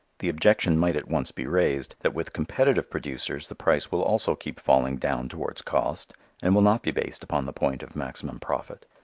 the objection might at once be raised that with competitive producers the price will also keep falling down towards cost and will not be based upon the point of maximum profit.